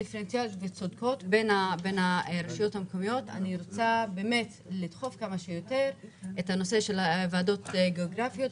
אני רוצה לדחוף כמה שיותר את הנושא הזה ולהתחיל דרך חדשה,